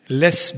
less